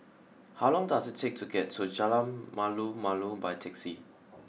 how long does it take to get to Jalan Malu Malu by taxi